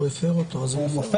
הוא מפר אותו,